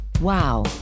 Wow